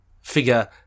figure